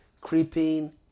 creeping